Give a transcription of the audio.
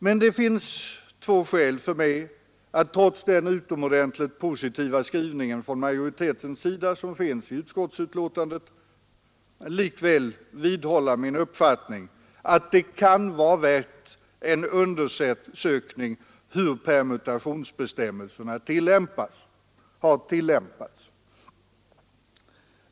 Men det finns två skäl för mig att trots den utomordentligt positiva skrivningen från majoritetens sida likväl vidhålla min uppfattning att det kan vara värt en undersökning hur permutationsbestämmelserna har tillämpats.